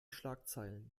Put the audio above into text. schlagzeilen